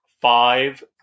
five